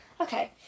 okay